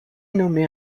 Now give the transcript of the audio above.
nommé